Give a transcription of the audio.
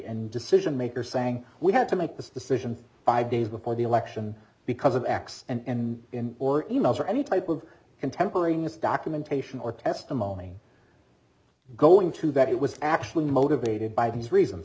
and decision makers saying we have to make this decision five days before the election because of x and or emails or any type of contemporaneous documentation or testimony going to that it was actually motivated by these reasons